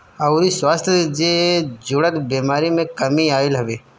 अउरी स्वास्थ्य जे जुड़ल बेमारी में कमी आईल हवे